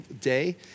day